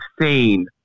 insane